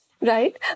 right